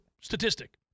statistic